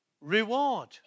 reward